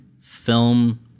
film